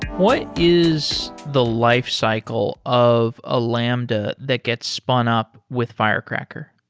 what is the lifecycle of a lambda that gets spun up with firecracker?